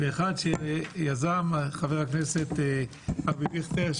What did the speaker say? ואחד שיזם חבר הכנסת אבי דיכטר,